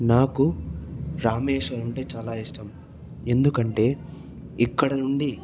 నాకు రామేశ్వరం అంటే చాలా ఇష్టం ఎందుకంటే ఇక్కడ నుండి